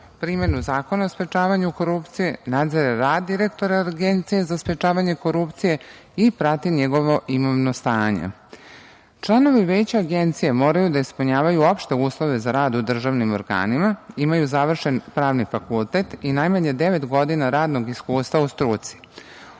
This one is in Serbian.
primenu Zakona o sprečavanju korupcije, nadzire rad direktora Agencije za sprečavanje korupcije i prati njegovo imovno stanje. Članovi veća Agencije moraju da ispunjavaju opšte uslove za rad u državnim organima, imaju završen pravni fakultet i najmanje devet godina radnog iskustva u struci.